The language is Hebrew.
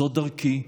זו דרכי.